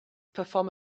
perform